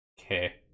Okay